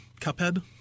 Cuphead